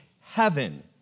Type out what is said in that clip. heaven